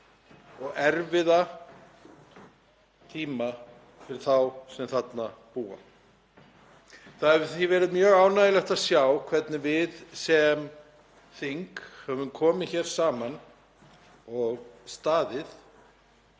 og erfiða tíma fyrir þá sem þarna búa. Það hefur því verið mjög ánægjulegt að sjá hvernig við sem þing höfum komið saman og staðið